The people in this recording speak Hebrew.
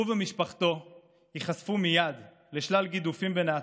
הוא ומשפחתו ייחשפו מייד לשלל גידופים ונאצות,